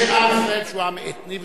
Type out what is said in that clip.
יש עם ישראל שהוא עם אתני,